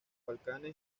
balcanes